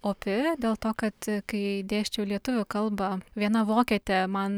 opi dėl to kad kai dėsčiau lietuvių kalba viena vokietė man